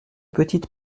petite